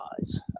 eyes